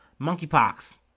Monkeypox